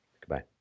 Goodbye